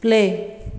play